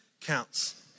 counts